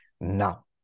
Now